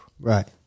Right